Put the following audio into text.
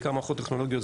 בעיקר מערכות טכנולוגיות,